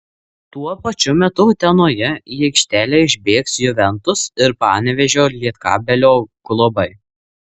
tuo pačiu metu utenoje į aikštelę išbėgs juventus ir panevėžio lietkabelio klubai